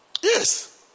Yes